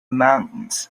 mountains